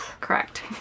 Correct